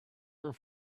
are